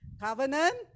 covenant